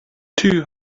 two